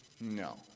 No